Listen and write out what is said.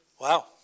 Wow